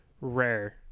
rare